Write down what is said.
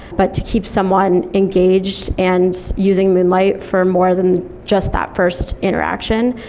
but to keep someone engaged and using moonlight for more than just that first interaction,